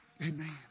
Amen